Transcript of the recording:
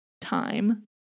time